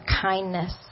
kindness